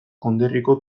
konderriko